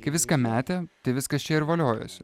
kai viską metė tai viskas čia ir voliojosi